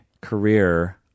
career